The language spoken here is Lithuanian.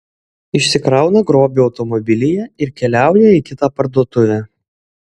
išsikrauna grobį automobilyje ir keliauja į kitą parduotuvę